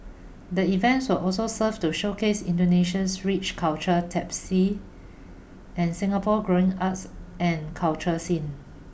the event will also serve to showcase Indonesia's rich cultural tapestry and Singapore growing arts and culture scene